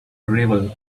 gravel